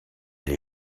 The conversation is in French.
elle